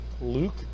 Luke